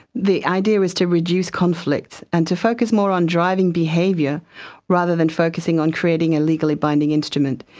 the idea is to reduce conflict and to focus more on driving behaviour rather than focusing on creating a legally binding instrument.